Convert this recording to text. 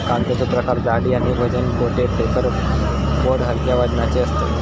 कागदाचो प्रकार जाडी आणि वजन कोटेड पेपर बोर्ड हलक्या वजनाचे असतत